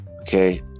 Okay